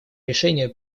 решение